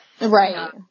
Right